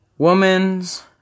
woman's